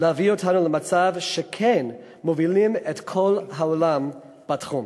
להביא אותנו למצב שכן מובילים את כל העולם בתחום.